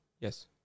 Yes